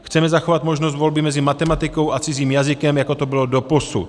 Chceme zachovat možnost volby mezi matematikou a cizím jazykem, jako to bylo doposud.